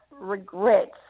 regrets